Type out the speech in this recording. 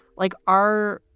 like are.